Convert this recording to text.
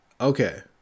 okay